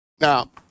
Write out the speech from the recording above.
Now